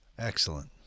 Excellent